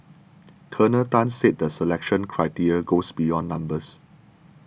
Colonel Tan said the selection criteria goes beyond numbers